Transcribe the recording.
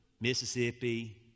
Mississippi